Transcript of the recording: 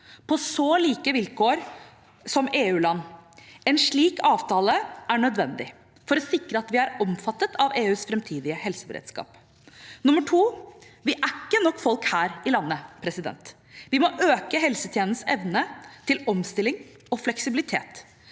på like vilkår som EU-land. En slik avtale er nødvendig for å sikre at vi er omfattet av EUs framtidige helseberedskap. 2. Vi er ikke nok folk her i landet. Vi må øke helsetjenestenes evne til omstilling og fleksibilitet.